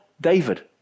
David